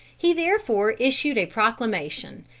he therefore issued a proclamation,